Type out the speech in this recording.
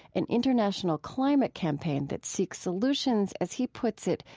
an international climate campaign that seeks solutions as he puts it,